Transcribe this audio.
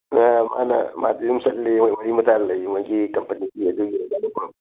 ꯑ ꯃꯥꯅ ꯃꯥꯗꯤ ꯗꯨꯝ ꯆꯠꯂꯤ ꯃꯔꯤ ꯃꯇꯥ ꯂꯩ ꯃꯣꯏꯒꯤ ꯀꯝꯄꯅꯤꯒꯤ